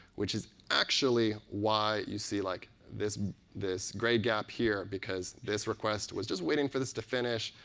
which is actually why you see like this this grey gap here because this request was just waiting for this to finish.